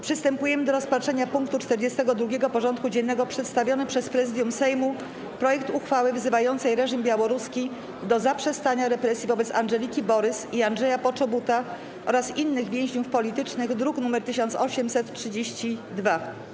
Przystępujemy do rozpatrzenia punktu 42. porządku dziennego: Przedstawiony przez Prezydium Sejmu projekt uchwały wzywającej reżim białoruski do zaprzestania represji wobec Andżeliki Borys i Andrzeja Poczobuta oraz innych więźniów politycznych (druk nr 1832)